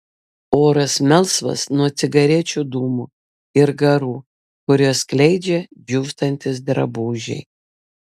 oras melsvas nuo cigarečių dūmų ir garų kuriuos skleidžia džiūstantys drabužiai